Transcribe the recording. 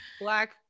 black